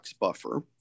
buffer